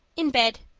in bed.